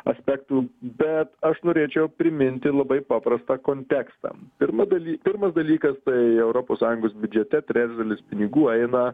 aspektų bet aš norėčiau priminti labai paprastą kontekstą pirma dali pirmas dalykas tai europos sąjungos biudžete trečdalis pinigų eina